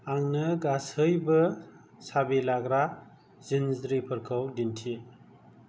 आंनो गासैबो साबि लाग्रा जिनज्रिफोरखौ दिन्थि